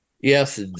Yes